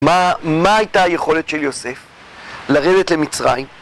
מה הייתה היכולת של יוסף לרדת למצרים?